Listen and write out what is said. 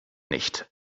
nicht